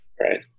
right